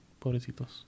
Pobrecitos